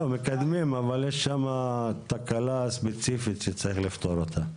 מקדמים אבל יש שם תקלה ספציפית שצריך לפתור אותה.